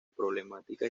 problemática